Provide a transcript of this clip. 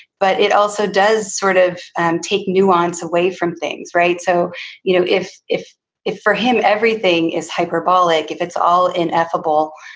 but it also does sort of and take nuance away from things. right? so you know if if if for him everything is hyperbolic, if it's all ineffable,